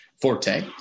forte